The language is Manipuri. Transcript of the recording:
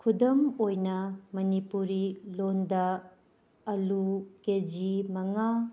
ꯈꯨꯗꯝ ꯑꯣꯏꯅ ꯃꯅꯤꯄꯨꯔꯤ ꯂꯣꯟꯗ ꯑꯥꯂꯨ ꯀꯦ ꯖꯤ ꯃꯉꯥ